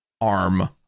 arm